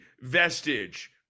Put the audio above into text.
vestige